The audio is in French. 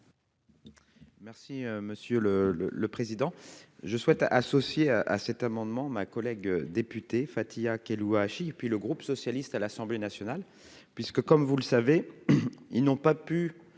Merci monsieur le le le président je souhaite associer à cet amendement, ma collègue députée Fatiha Keloua Hachi puis le groupe socialiste à l'Assemblée nationale, puisque comme vous le savez, ils n'ont pas pu